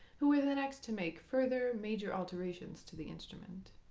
who were the next to make further major alterations to the instrument.